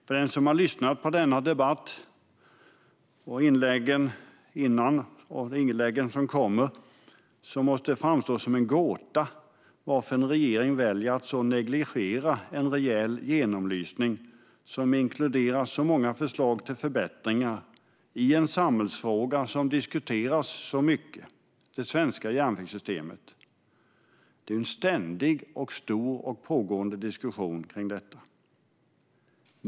För den som lyssnar till denna debatt, inläggen tidigare och inläggen som kommer, måste det framstå som en gåta att en regering väljer att negligera en rejäl genomlysning som inkluderar så många förslag till förbättringar i en samhällsfråga som diskuteras så mycket som det svenska järnvägssystemet. Det pågår ständigt en stor diskussion om detta.